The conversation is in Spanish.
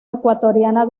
ecuatoriana